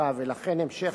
ולכן המשך קידום החקיקה,